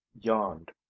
yawned